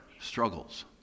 struggles